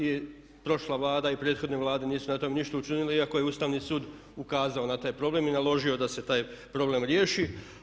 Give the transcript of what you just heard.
I prošla Vlada i prethodne Vlade nisu na tom ništa učinile, iako je Ustavni sud ukazao na taj problem i naložio da se taj problem riješi.